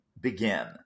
begin